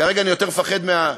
כרגע אני יותר מפחד מעצמנו,